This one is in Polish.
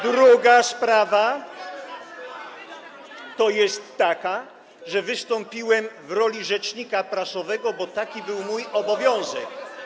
Druga sprawa jest taka, że wystąpiłem w roli rzecznika prasowego, bo taki był mój obowiązek.